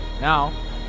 Now